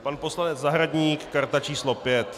Pan poslanec Zahradník karta číslo 5.